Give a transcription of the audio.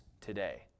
today